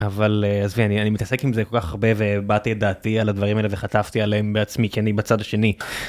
עזבי אני מתעסק עם זה כל כך הרבה והבעתי את דעתי על הדברים האלה וחטפתי עליהם בעצמי כי אני בצד השני.